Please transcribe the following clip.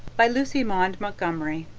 by lucy maud montgomery